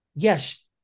Yes